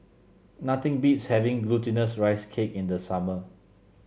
nothing beats having Glutinous Rice Cake in the summer